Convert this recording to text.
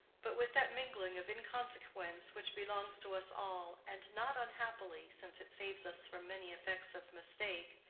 but with that mingling of inconsequence which belongs to us all, and not unhappily, since it saves us from many effects of mistake,